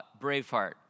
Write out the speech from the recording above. Braveheart